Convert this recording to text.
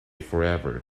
forever